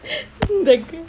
like